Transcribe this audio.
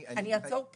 אני אעצור פה.